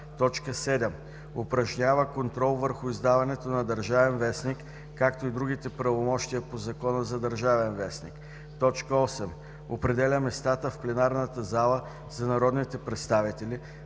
7. упражнява контрол върху издаването на "Държавен вестник", както и другите правомощия по Закона за "Държавен вестник"; 8. определя местата в пленарната зала за народните представители,